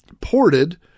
Ported